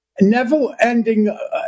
never-ending